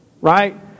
Right